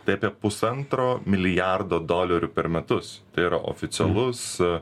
tai apie pusantro milijardo dolerių per metus tai yra oficialus